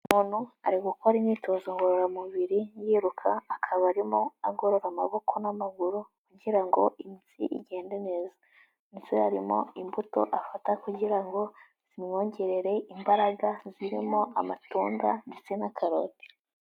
Umuntu ari gukora imyitozo ngororamubiri yiruka, akaba arimo agorora amaboko n'amaguru kugira ngo imitsi igende neza, ndetse harimo imbuto afata kugira ngo zimwongerere imbaraga zirimo amatunda ndetse na karoti.